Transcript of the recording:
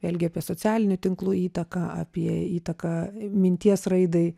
vėlgi apie socialinių tinklų įtaką apie įtaką minties raidai